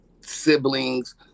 siblings